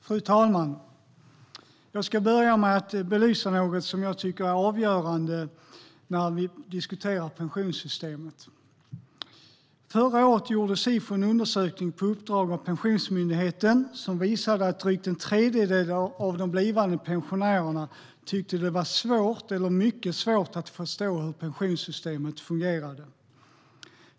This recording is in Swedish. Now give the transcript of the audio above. Fru talman! Jag ska börja med att belysa något som jag tycker är avgörande när vi diskuterar pensionssystemet. Förra året gjorde Sifo en undersökning på uppdrag av Pensionsmyndigheten som visade att drygt en tredjedel av de blivande pensionärerna tyckte att det var svårt eller mycket svårt att förstå hur pensionssystemet fungerade.